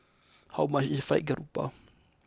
how much is Fried Garoupa